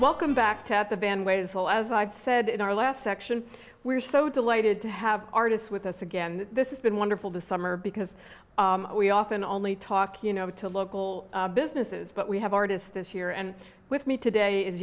welcome back to out the band way as well as i've said in our last section we're so delighted to have artists with us again this is been wonderful to summer because we often only talk you know to local businesses but we have artists this year and with me today is